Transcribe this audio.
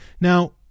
now